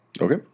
Okay